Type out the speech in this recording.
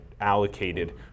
allocated